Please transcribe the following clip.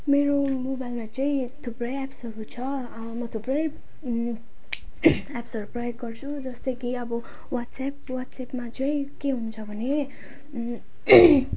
मेरो मोबाइलमा चाहिँ थुप्रै एप्सहरू छ म थुप्रै एप्सहरू प्रयोग गर्छु जस्तै कि अब वाट्सएप वाट्सएपमा चाहिँ के हुन्छ भने